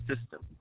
system